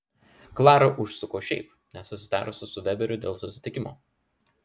klara užsuko šiaip nesusitarusi su veberiu dėl susitikimo